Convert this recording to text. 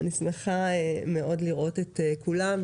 אני שמחה מאוד לראות את כולם,